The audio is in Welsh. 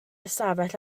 ystafell